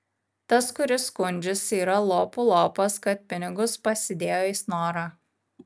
tas kuris skundžiasi yra lopų lopas kad pinigus pasidėjo į snorą